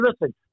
listen